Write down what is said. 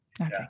Okay